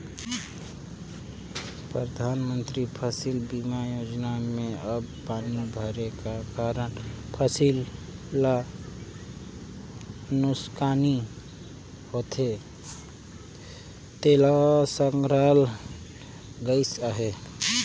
परधानमंतरी फसिल बीमा योजना में अब पानी भरे कर कारन फसिल ल नोसकानी होथे तेला संघराल गइस अहे